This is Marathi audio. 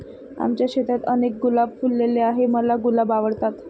आमच्या शेतात अनेक गुलाब फुलले आहे, मला गुलाब आवडतात